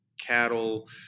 cattle